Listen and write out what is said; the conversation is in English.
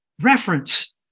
reference